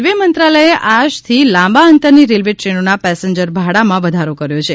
railway મંત્રાલયે આજથી લાંબા અંતરની રેલવે દ્રેનોના પેસેન્જર ભાડામાં વધારો કર્યો છે